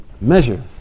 measure